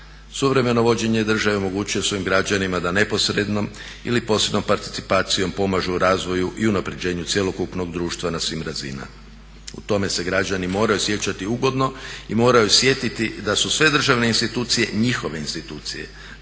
Suvremeno vođenje države omogućuje svojim građanima da neposredno ili posrednom participacijom pomažu u razvoju i unapređenju cjelokupnog društva na svim razinama. U tome se građani moraju osjećati ugodno i moraju osjetiti da su sve državne institucije njihove institucije,